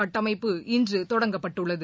கட்டமைப்பு இன்று தொடங்கப்பட்டுள்ளது